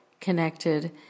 connected